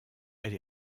elle